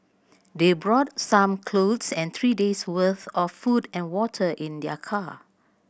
they brought some clothes and three days' worth of food and water in their car